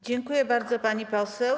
Dziękuję bardzo, pani poseł.